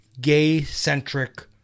gay-centric